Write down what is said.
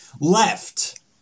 left